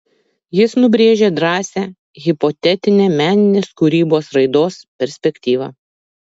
jis nubrėžė drąsią hipotetinę meninės kūrybos raidos perspektyvą